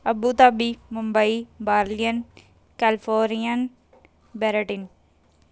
Abu Dhabi Mumbai ਬਾਰਲੀਅਨ Californian ਬੈਰੀਟਿੰਗ